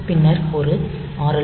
பின்னர் ஒரு ஆர்